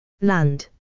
Land